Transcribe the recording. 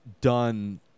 done